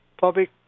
public